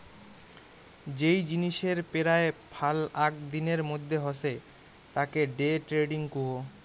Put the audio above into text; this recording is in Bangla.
যেই জিনিসের পেরায় ফাল আক দিনের মধ্যে হসে তাকে ডে ট্রেডিং কুহ